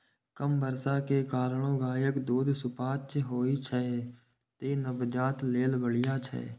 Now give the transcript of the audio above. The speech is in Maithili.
कम बसा के कारणें गायक दूध सुपाच्य होइ छै, तें नवजात लेल बढ़िया छै